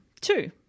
two